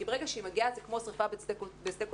כי ברגע שהיא מגיעה זה כמו שריפה בשדה קוצים,